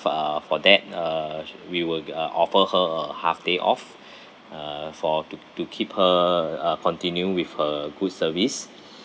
for uh for that uh sh~ we will gi~ uh offer her a half day off uh for to to keep her uh ah continue with her good service